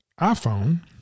iPhone